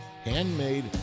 handmade